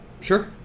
Sure